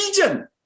vision